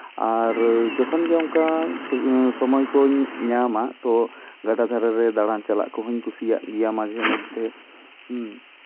ᱟᱨ ᱡᱚᱠᱷᱚᱱ ᱜᱮ ᱚᱱᱠᱟ ᱥᱚᱢᱚᱭ ᱠᱚᱧ ᱧᱟᱢᱟ ᱛᱚ ᱜᱟᱰᱟ ᱫᱷᱟᱨᱮ ᱨᱮ ᱫᱟᱬᱟᱱ ᱪᱟᱞᱟᱜ ᱠᱚᱦᱚᱸᱧ ᱠᱩᱥᱤᱭᱟᱜ ᱜᱮᱭᱟ ᱢᱟᱡᱷᱮ ᱢᱚᱫᱽᱫᱷᱮ ᱦᱮᱸ